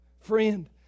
Friend